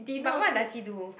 but what does he do